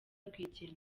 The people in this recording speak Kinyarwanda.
rwigema